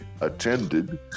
attended